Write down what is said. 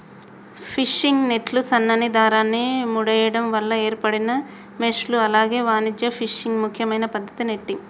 fishing నెట్లు సన్నని దారాన్ని ముడేయడం వల్ల ఏర్పడిన మెష్లు అలాగే వాణిజ్య ఫిషింగ్ ముఖ్యమైన పద్దతి నెట్టింగ్